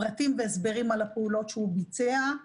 פרטים והסברים על הפעולות שהוא ביצע.